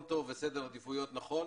באירועים והגענו לשוקת השבורה שבה אין מענה,